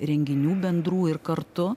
renginių bendrų ir kartu